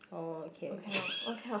oh okay okay